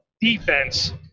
defense –